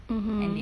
mmhmm